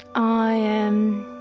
i am.